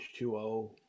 H2O